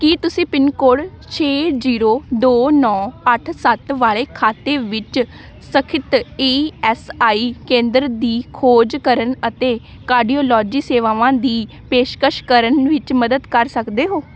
ਕੀ ਤੁਸੀਂ pin code ਛੇ zero ਦੋ ਨੌ ਅੱਠ ਸੱਤ ਵਾਲੇ ਖਾਤੇ ਵਿੱਚ ਸਥਿਤ ਈ ਐਸ ਆਈ ਕੇਂਦਰ ਦੀ ਖੋਜ ਕਰਨ ਅਤੇ ਕਾਰਡੀਓਲੋਜੀ ਸੇਵਾਵਾਂ ਦੀ ਪੇਸ਼ਕਸ਼ ਕਰਨ ਵਿੱਚ ਮਦਦ ਕਰ ਸਕਦੇ ਹੋ